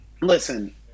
listen